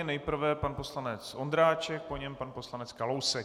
Nejprve pan poslanec Ondráček, po něm poslanec Kalousek.